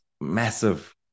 massive